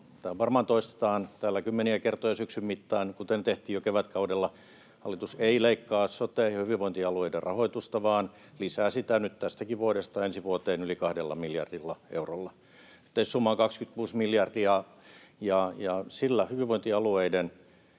Tämä varmaan toistetaan täällä kymmeniä kertoja syksyn mittaan, kuten tehtiin jo kevätkaudella: Hallitus ei leikkaa sote- ja hyvinvointialueiden rahoitusta, vaan lisää sitä nyt tästäkin vuodesta ensi vuoteen yli kahdella miljardilla eurolla. Yhteissumma on 26 miljardia, ja sillä hyvinvointialueiden